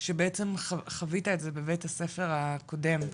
וכשבעצם חווית את זה בבית הספר הקודם,